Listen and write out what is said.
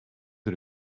der